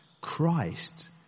Christ